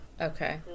Okay